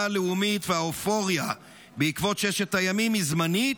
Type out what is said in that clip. הלאומית והאופוריה בעקבות ששת הימים היא זמנית,